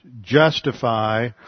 justify